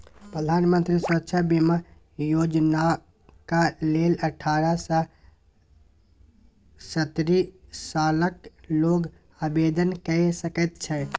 प्रधानमंत्री सुरक्षा बीमा योजनाक लेल अठारह सँ सत्तरि सालक लोक आवेदन कए सकैत छै